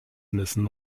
nissen